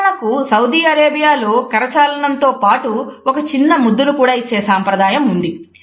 ఉదాహరణకు Saudi Arabia లో కరచాలనం తోపాటు ఒక చిన్న ముద్దు ను కూడా ఇచ్చే సాంప్రదాయం ఉన్నది